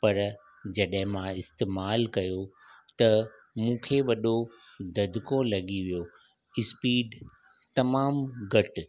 पर जॾहिं मां इस्तेमालु कयो त मूंखे वॾो धद्को लॻी वियो इस्पीड तमामु घटि